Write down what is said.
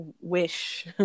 wish